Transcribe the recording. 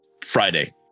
Friday